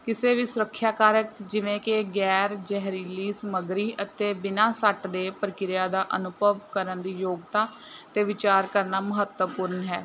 ਕਿਸੇ ਵੀ ਸੁਰੱਖਿਆ ਕਾਰਕ ਜਿਵੇਂ ਕਿ ਗੈਰ ਜ਼ਹਿਰੀਲੀ ਸਮੱਗਰੀ ਅਤੇ ਬਿਨਾਂ ਸੱਟ ਦੇ ਪ੍ਰਕਿਰਿਆਂ ਦਾ ਅਨੁਭਵ ਕਰਨ ਦੀ ਯੋਗਤਾ 'ਤੇ ਵਿਚਾਰ ਕਰਨਾ ਮਹੱਤਵਪੂਰਨ ਹੈ